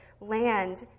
land